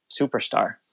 superstar